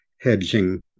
hedging